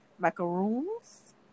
macaroons